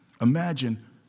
Imagine